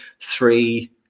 three